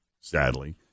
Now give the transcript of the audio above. sadly